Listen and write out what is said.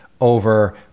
over